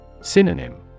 Synonym